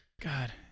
God